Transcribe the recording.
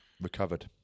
recovered